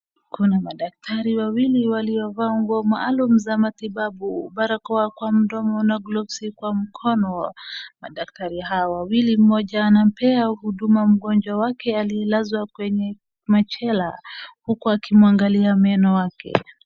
Kuna madaktari wawili waliovaa nguo maalum za matibabu, barakoa kwa mdomo na glovsi kwa mkono, madaktari hawa wawili mmoja anampea huduma mgonjwa wake aliyelazwa kwenye machela, huku akimwangalia meno yake.